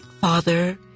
Father